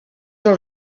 els